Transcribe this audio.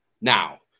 now